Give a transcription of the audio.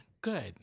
good